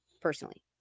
personally